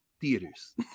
theaters